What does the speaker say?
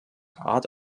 rat